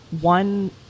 one